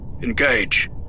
Engage